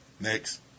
Next